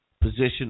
position